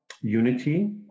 unity